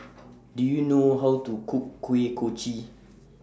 Do YOU know How to Cook Kuih Kochi